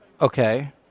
Okay